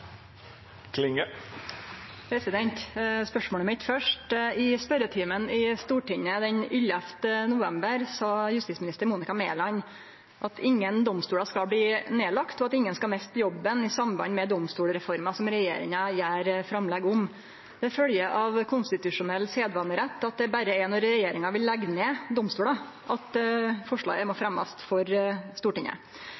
at ingen skal miste jobben i samband med domstolreforma som regjeringa gjer framlegg om. Det følgjer av konstitusjonell sedvanerett at det berre er når regjeringa vil leggje ned domstolar at forslaget må